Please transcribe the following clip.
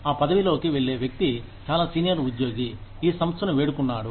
ఆ పదవి లోకి వెళ్లే వ్యక్తి చాలా సీనియర్ ఉద్యోగి ఈ సంస్థను వేడుకున్నాడు